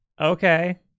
Okay